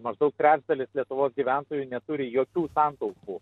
maždaug trečdalis lietuvos gyventojų neturi jokių santaupų